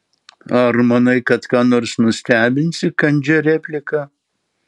ar manai kad ką nors nustebinsi kandžia replika